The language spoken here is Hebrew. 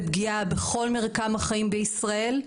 זה פגיעה בכל מרקם החיים בישראל,